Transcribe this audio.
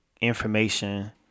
information